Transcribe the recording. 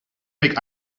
make